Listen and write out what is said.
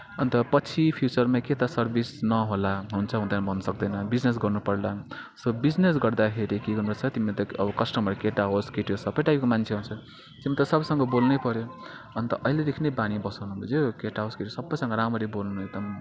अन्त पछि फ्युचरमा के त सर्भिस नहोला हुन्छ हुँदैन भन्न सक्दैन बिजिनेस गर्नु पर्ला सो बिजिनेस गर्दाखेरि के गर्नु पर्छ तिमले त अब कस्टमर केटा होस् केटी होस् सबै टाइफको मान्छे आउँछ त्यो सबैसँग बोल्नै पऱ्यो अन्त अहिलेदेखि नै बानी बसाउनु बुझ्यौ केटा होस् केटी होस् सबैसँग राम्ररी बोल्नु एकदम